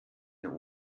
nur